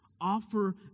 Offer